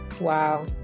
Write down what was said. Wow